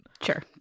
Sure